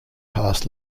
pass